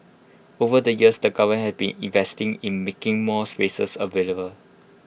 over the years the government has been investing in making more spaces available